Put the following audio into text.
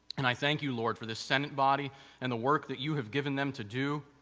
and i thank you, lord, for this senate body and the work that you have given them to do.